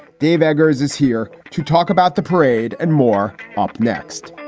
dave eggers is here to talk about the parade and more up next,